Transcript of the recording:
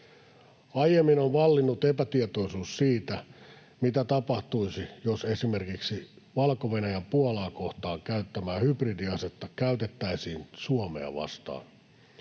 Aiemmin on vallinnut epätietoisuus siitä, mitä tapahtuisi, jos esimerkiksi Valko-Venäjän Puolaa kohtaan käyttämää hybridi-asetta käytettäisiin Suomea vastaan.